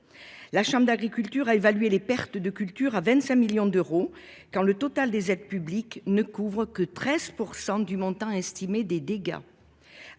La chambre d'agriculture a évalué les pertes de culture à 25 millions d'euros quand le total des aides publiques ne couvrent que 13% du montant estimé des dégâts.